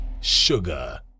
Sugar